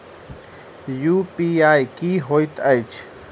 UPI की होइत अछि